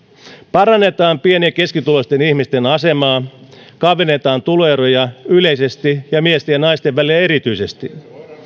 parannetaan pieni ja keskituloisten ihmisten asemaa ja kavennetaan tuloeroja yleisesti ja miesten ja naisten välillä erityisesti